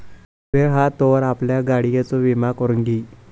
वेळ हा तोवर आपल्या गाडियेचो विमा करून घी